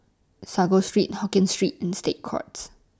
Sago Street Hokkien Street and State Courts